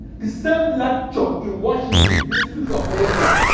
the same lecture in washington, district of columbia,